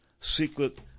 secret